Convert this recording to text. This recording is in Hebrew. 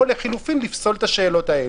או לחילופין לפסול את השאלות האלה.